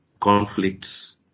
conflicts